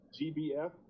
GBF